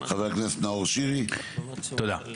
חבר הכנסת נאור שירי, בבקשה.